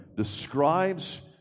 describes